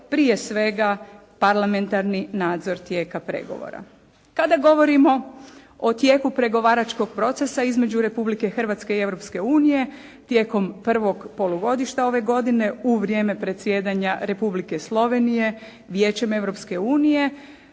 prije svega parlamentarni nadzor tijeka pregovora. Kada govorimo o tijeku pregovaračkog procesa između Republike Hrvatske i Europske unije tijekom 1. polugodišta ove godine u vrijeme predsjedanja Republike Slovenije Vijećem